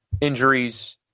injuries